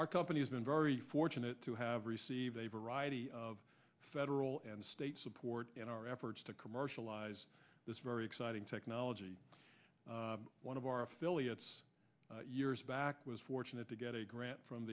our company has been very fortunate to have received a variety of federal and state support in our efforts to commercialize this very exciting technology one of our affiliates years back was fortunate to get a grant from